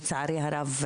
לצערי הרב,